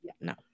No